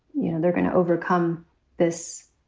you know, they're going to overcome this